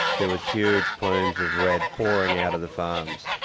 there was huge plumes of red pouring out of the farms.